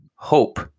Hope